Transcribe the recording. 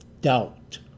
Doubt